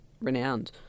renowned